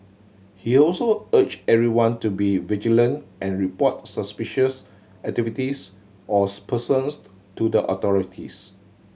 he also urged everyone to be vigilant and report suspicious activities or persons to the authorities